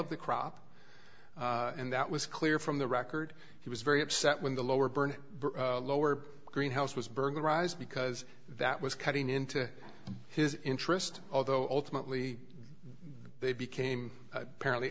of the crop and that was clear from the record he was very upset when the lower burned lower green house was burglarized because that was cutting into his interest although ultimately they became apparently